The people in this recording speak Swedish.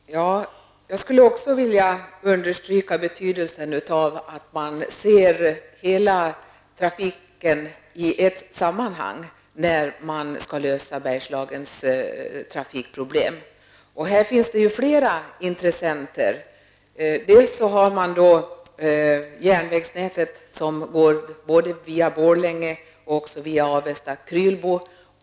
Herr talman! Också jag skulle vilja understryka betydelsen av att man ser hela trafiken i ett sammanhang när man skall lösa Bergslagens trafikproblem. Här finns flera intressenter. Dels har man järnvägsnätet med trafik både via Borlänge och via Avesta/Krylbo.